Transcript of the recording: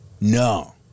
No